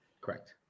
Correct